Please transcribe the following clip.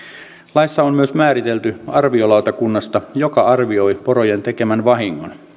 laissa on myös määritelty arviolautakunta joka arvioi porojen tekemän vahingon